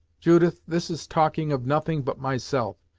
judith, this is talking of nothing but myself,